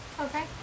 Okay